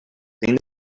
thing